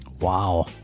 Wow